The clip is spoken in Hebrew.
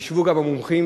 ישבו גם המומחים,